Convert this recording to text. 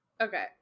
Okay